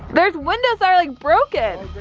those windows are like broken.